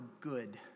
good